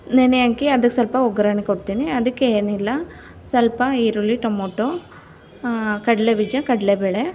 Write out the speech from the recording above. ನೆನೆ ಹಾಕಿ ಅದಕ್ಕೆ ಸ್ವಲ್ಪ ಒಗ್ಗರಣೆ ಕೊಡ್ತೀನಿ ಅದಕ್ಕೆ ಏನಿಲ್ಲ ಸ್ವಲ್ಪ ಈರುಳ್ಳಿ ಟೊಮಟೊ ಕಡಲೆಬೀಜ ಕಡಲೆಬೇಳೆ